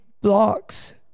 blocks